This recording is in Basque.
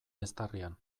eztarrian